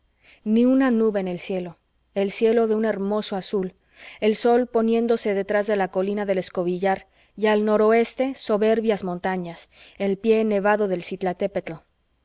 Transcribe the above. ni una nube en el cielo el cielo de un hermoso azul el sol poniéndose detrás de la colina del escobillar y al noroeste soberbias montañas el pie nevado del